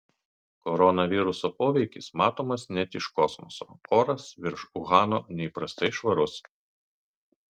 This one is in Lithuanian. koronaviruso poveikis matomas net iš kosmoso oras virš uhano neįprastai švarus